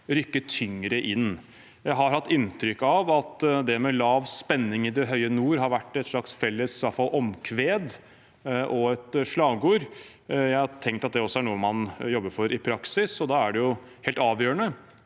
rykke tyngre inn. Jeg har hatt inntrykk av at iallfall det med lav spenning i det høye nord har vært et slags felles omkved og et slagord. Jeg har tenkt at det også er noe man jobber for i praksis, og da er det helt avgjørende